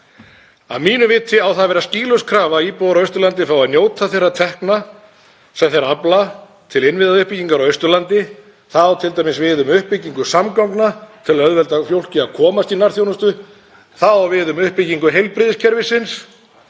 Að mínu viti á það að vera skýlaus krafa að íbúar á Austurlandi fái að njóta þeirra tekna sem þeir afla til innviðauppbyggingar á Austurlandi. Það á t.d. við um uppbyggingu samgangna til að auðvelda fólki að komast í nærþjónustu. Það á við um uppbyggingu heilbrigðiskerfisins